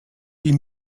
die